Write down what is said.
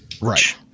Right